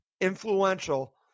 influential